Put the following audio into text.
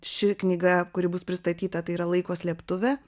ši knyga kuri bus pristatyta tai yra laiko slėptuvė